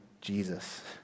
Jesus